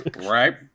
Right